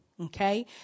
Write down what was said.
Okay